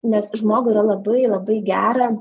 nes žmogui yra labai labai gera